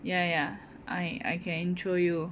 ya ya I I can intro you